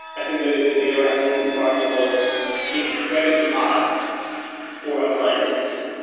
i think the data warehousing market was incredibly hot for appliances,